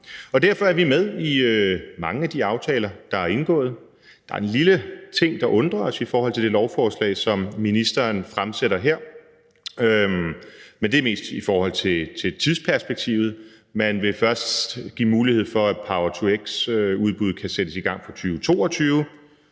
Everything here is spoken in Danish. Derfor er vi med i mange af de aftaler, der er indgået. Der er en lille ting, der undrer os i det lovforslag, som ministeren fremsætter her, men det er mest i forhold til tidsperspektivet. Man vil først give mulighed for, at power-to-x-udbuddet kan sættes i gang for 2022.